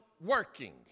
working